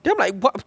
then I'm like what